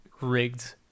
rigged